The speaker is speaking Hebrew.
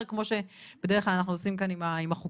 כמו שבדרך כלל אנחנו עושים פה עם החוקים,